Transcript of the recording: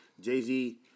Jay-Z